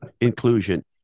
inclusion